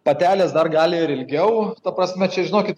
patelės dar gali ir ilgiau ta prasme čia žinokit